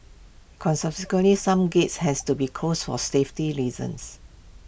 some gates has to be closed for safety reasons